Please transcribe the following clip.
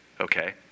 okay